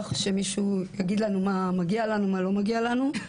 שמישהו יגיד לנו מה מגיע לנו ומה לא מגיע לנו.